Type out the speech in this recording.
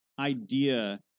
idea